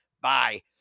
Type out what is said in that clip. Bye